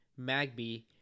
Magby